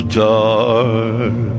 dark